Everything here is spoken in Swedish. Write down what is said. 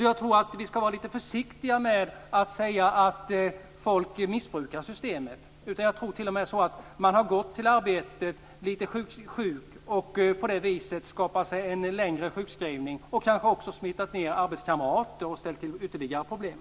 Jag tror att vi ska vara lite försiktiga med att säga att folk missbrukar systemet. Jag tror t.o.m. att det är så att man har gått till arbetet och varit lite sjuk. På det viset har man sedan blivit sjukskriven längre och kanske också smittat ned arbetskamrater och ställt till ytterligare problem.